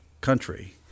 country